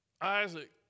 Isaac